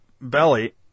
belly